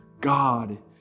God